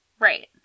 Right